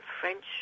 French